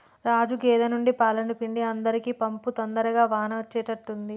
రాజు గేదె నుండి పాలను పిండి అందరికీ పంపు తొందరగా వాన అచ్చేట్టుగా ఉంది